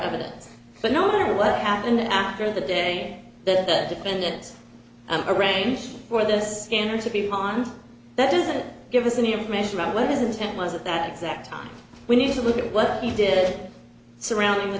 evidence but no matter what happened after the day the defendant arranged for this dinner to be on that is it give us any information about what is intent was at that exact time we need to look at what he did surrounding the